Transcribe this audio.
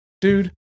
Dude